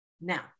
now